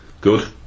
Good